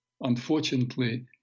unfortunately